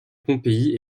pompéi